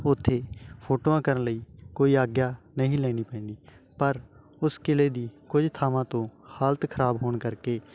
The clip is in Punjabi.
ਉੱਥੇ ਫੋਟੋਆਂ ਕਰਨ ਲਈ ਕੋਈ ਆਗਿਆ ਨਹੀਂ ਲੈਣੀ ਪੈਂਦੀ ਪਰ ਉਸ ਕਿਲ੍ਹੇ ਦੀ ਕੁਝ ਥਾਵਾਂ ਤੋਂ ਹਾਲਤ ਖ਼ਰਾਬ ਹੋਣ ਕਰਕੇ